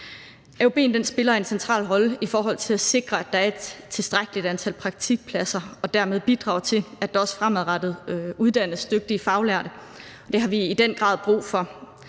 AUB'en spiller en central rolle i forhold til at sikre, at der er et tilstrækkeligt antal praktikpladser, og bidrager dermed til, at der også fremadrettet uddannes dygtige faglærte. Det har vi i den grad brug for.